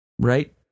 Right